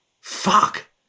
fuck